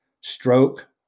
stroke